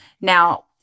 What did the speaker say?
Now